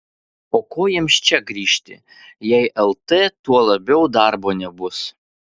o ko jiems čia grįžti jei lt tuo labiau darbo nebus